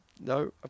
No